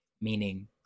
Meaning